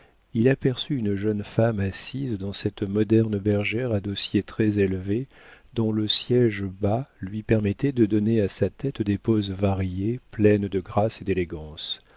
il aperçut une jeune femme assise dans cette moderne bergère à dossier très élevé dont le siége bas lui permettait de donner à sa tête des poses variées pleines de grâce et d'élégance